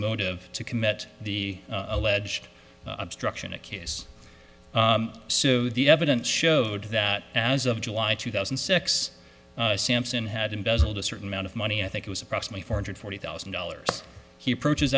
motive to commit the alleged obstruction a case so the evidence showed that as of july two thousand and six sampson had embezzled a certain amount of money i think it was approximately four hundred forty thousand dollars he approaches